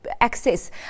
access